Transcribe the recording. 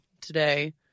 today